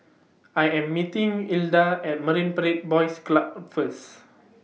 I Am meeting Ilda At Marine Parade Boys Club First